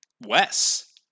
wes